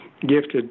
gifted